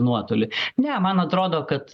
nuotolį ne man atrodo kad